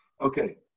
Okay